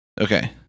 okay